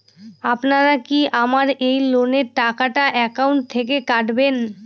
আপনারা কি আমার এই লোনের টাকাটা একাউন্ট থেকে কাটবেন?